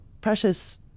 precious